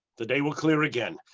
the day will clear again.